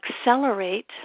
accelerate